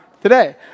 Today